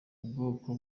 ubwoko